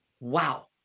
wow